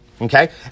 Okay